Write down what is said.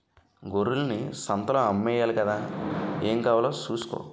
గొర్రెల్ని సంతలో అమ్మేయాలి గదా ఏం కావాలో సూసుకో